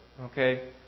Okay